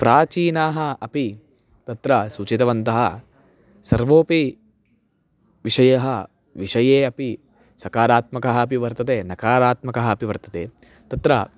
प्राचीनाः अपि तत्र सूचितवन्तः सर्वोऽपि विषयः विषये अपि सकारात्मकः अपि वर्तते नकारात्मकः अपि वर्तते तत्र